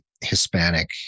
Hispanic